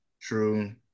true